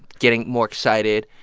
getting more excited